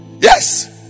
yes